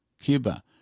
Cuba